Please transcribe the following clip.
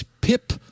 pip